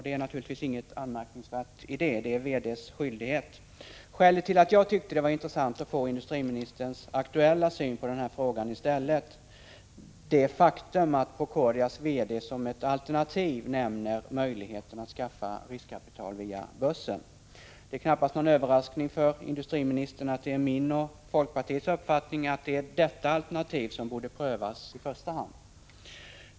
Det är naturligtvis inget anmärkningsvärt i detta, det är VD:s skyldighet att ta upp sådana frågor. Skälet till att jag tyckte det var intressant att få industriministerns aktuella syn på denna fråga är det faktum att Procordias VD som ett alternativ nämner möjligheten att skaffa riskkapital via börsen. Det är väl knappast någon överraskning för industriministern att det är min och folkpartiets uppfattning att detta alternativ borde prövas i första hand.